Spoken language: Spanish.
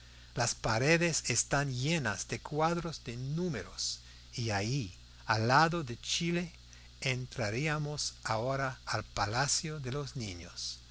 las paredes están llenas de cuadros de números y allí al lado de chile entraríamos ahora al palacio de los niños